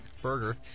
burger